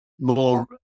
more